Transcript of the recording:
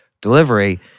delivery